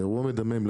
לאירוע מדמם,